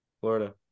florida